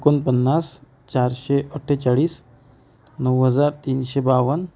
एकोणपन्नास चारशे अठ्ठेचाळीस नऊ हजार तीनशे बावन्न